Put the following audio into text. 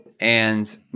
and-